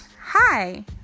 hi